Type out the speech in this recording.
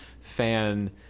fan